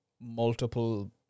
multiple